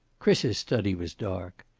chris's study was dark.